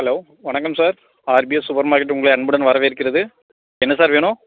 hello வணக்கம் sir RK super market உங்களை அன்புடன் வரவேற்கிறது என்ன சார் வேணும்